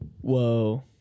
Whoa